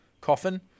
coffin